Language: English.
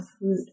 food